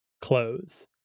clothes